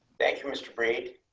thank you, mr break